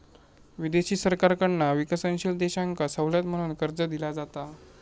विदेशी सरकारकडना विकसनशील देशांका सवलत म्हणून कर्ज दिला जाता